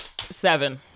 Seven